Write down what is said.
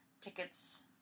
Tickets